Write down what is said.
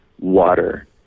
water